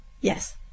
Yes